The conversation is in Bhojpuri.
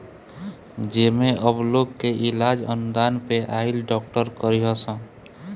जेमे अब लोग के इलाज अनुदान पे आइल डॉक्टर करीहन सन